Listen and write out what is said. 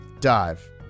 dive